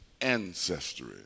ancestry